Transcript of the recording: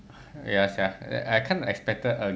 ya sia I kind of expected a